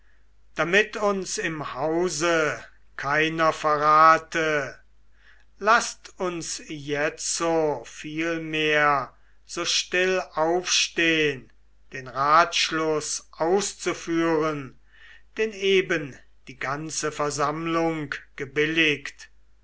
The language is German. damit uns im hause keiner verrate laßt uns jetzo vielmehr so still aufstehen den ratschluß auszuführen den eben die ganze versammlung gebilligt